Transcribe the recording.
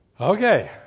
Okay